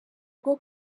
rwo